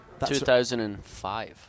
2005